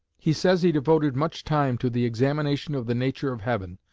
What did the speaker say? he says he devoted much time to the examination of the nature of heaven,